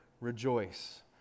rejoice